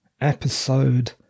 episode